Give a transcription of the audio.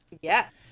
Yes